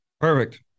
Perfect